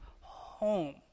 home